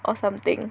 or something